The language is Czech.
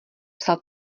psal